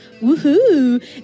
woohoo